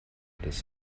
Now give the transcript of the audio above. des